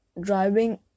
driving